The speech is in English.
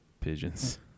pigeons